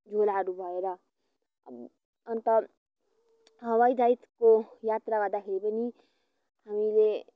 झोलाहरू भएर अन्त हवाइजहाजको यात्रा गर्दाखेरि पनि हामीले